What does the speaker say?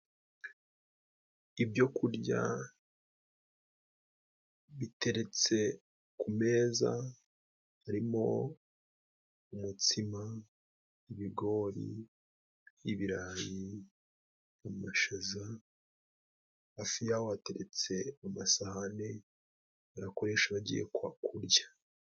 Ibyo kurya biteretse ku meza harimo umutsima, ibigori, ibirayi, amashaza. Hafi y'aho hateretse amasahani barakoresha bagiye kwa kurya.